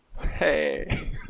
Hey